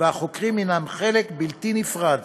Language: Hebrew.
והחוקרים הם חלק בלתי נפרד